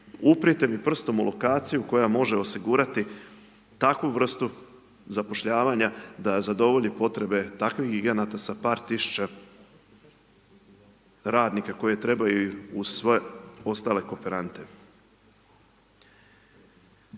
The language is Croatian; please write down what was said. uprite mi prstom u lokaciju koja može osigurati takvu vrstu zapošljavanja da zadovolji potrebe takvih giganata sa par tisuća radnika koji trebaju uz sve ostale kooperante.